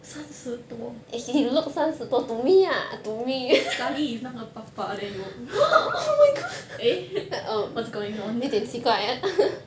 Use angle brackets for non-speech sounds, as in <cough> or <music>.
三十多 suddenly if 那个爸爸 then you <laughs> eh what's going on